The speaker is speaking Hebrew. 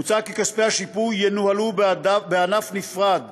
מוצע כי כספי השיפוי ינוהלו כענף נפרד